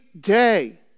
day